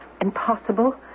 impossible